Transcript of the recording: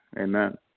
Amen